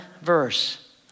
verse